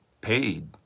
paid